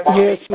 yes